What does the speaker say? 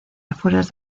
afueras